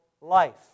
life